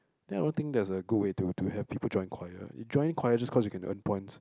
then I don't think that's a good way to to have people join choir you joining choir just cause you can earn points